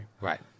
Right